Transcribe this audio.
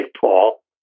Paul